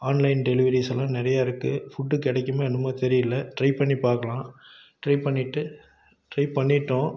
online டெலிவரிஸெல்லாம் நிறையா இருக்குது ஃபுட்டு கிடைக்குமா என்னமோ தெரியலை ட்ரை பண்ணி பார்க்கலாம் ட்ரை பண்ணிட்டு ட்ரை பண்ணிவிட்டோம்